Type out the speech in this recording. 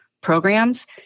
programs